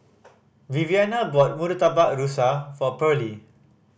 Viviana brought Murtabak Rusa for Pearly